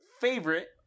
favorite